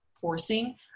forcing